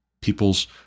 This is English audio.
peoples